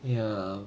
ya